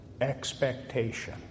expectation